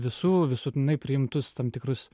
visų visuotinai priimtus tam tikrus